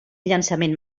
llançament